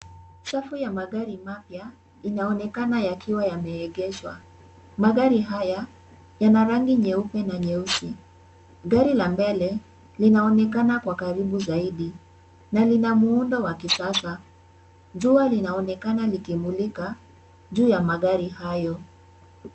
Safu ya magari mapya, inaonekana yakiwa yaeegeshwa. Magari haya yana rangi nyeupe na nyeusi. Gari la mbele linaonekana kwa karibu zaidi na lina muundo wa kisasa. Jua linaonekana likimulika juu ya magari hayo.